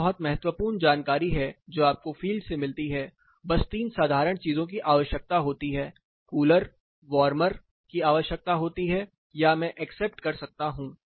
यह बहुत महत्वपूर्ण जानकारी है जो आपको फील्ड से मिलती है बस 3 साधारण चीजों की आवश्यकता होती हैकूलर वार्मर की आवश्यकता होती है या मैं एक्सेप्ट कर सकता हूं